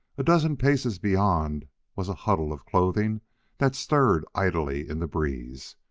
a dozen paces beyond was a huddle of clothing that stirred idly in the breeze.